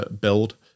build